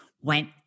went